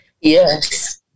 Yes